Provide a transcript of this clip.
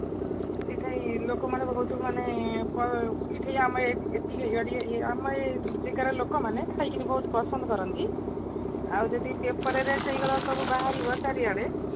ହଁ ଏଠି ଲୋକମାନେ ବହୁତ ମାନେ ଏଠାରେ ଆମ ଆମ ଏ ଜାଗାର ଲୋକମାନେ ଖାଇକି ବହୁତ ପସନ୍ଦ କରନ୍ତି ଆଉ ଯଦି ପେପରରେ ସେଇଗୁଡ଼ା ସବୁ ବାହାରିବ ଚାରିଆଡ଼େ